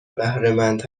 بهرهمند